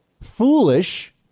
foolish